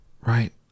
right